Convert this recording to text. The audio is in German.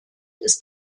ist